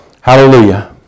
Hallelujah